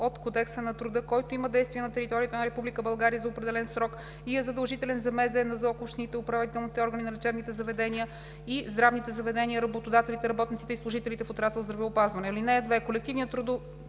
от Кодекса на труда, който има действие на територията на Република България за определен срок и е задължителен за МЗ, НЗОК, общините, управителните органи на лечебните заведения и здравните заведения, работодателите, работниците и служителите в отрасъл „Здравеопазване“. (2) Колективният трудов